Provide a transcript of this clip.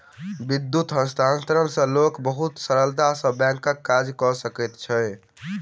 विद्युत हस्तांतरण सॅ लोक बहुत सरलता सॅ बैंकक काज कय सकैत अछि